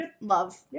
love